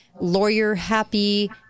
lawyer-happy